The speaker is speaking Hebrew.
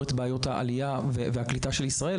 את בעיות העלייה והקליטה של ישראל,